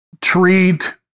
treat